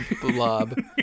blob